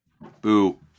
Boo